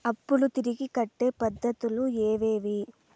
అప్పులు తిరిగి కట్టే పద్ధతులు ఏవేవి